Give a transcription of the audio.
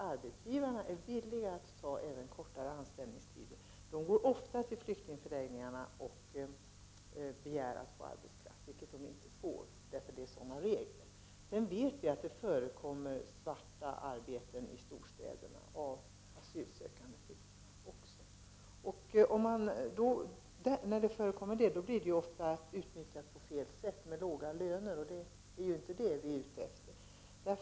Arbetsgivarna är villiga att acceptera även kortare anställningstider, och de vänder sig ofta till flyktingförläggningarna med begäran om arbetskraft, vilket de på grund av reglerna inte får. Vi vet också att det förekommer svartarbete i storstäderna, där också asylsökande flyktingar används. De utnyttjas där ofta på fel sätt och tvingas arbeta för låga löner, men det är inte det som vi är ute efter.